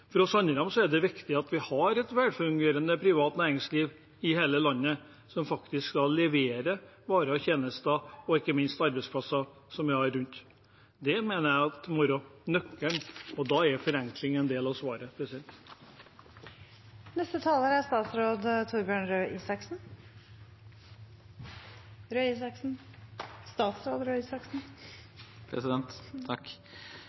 For oss andre er det viktig at vi har et velfungerende privat næringsliv i hele landet som faktisk skal levere varer og tjenester og ikke minst arbeidsplasser. Det mener jeg må være nøkkelen, og da er forenkling en del av svaret.